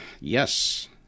yes